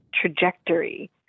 trajectory